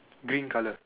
green colour